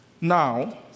now